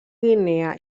guinea